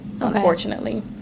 unfortunately